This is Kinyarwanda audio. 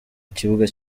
kibuga